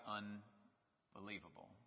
unbelievable